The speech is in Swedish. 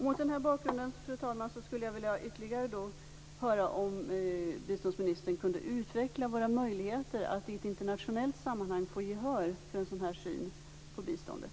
Mot den här bakgrunden, fru talman, skulle jag vilja höra ytterligare om biståndsministern kunde utveckla våra möjligheter att i ett internationellt sammanhang få gehör för en sådan här syn på biståndet.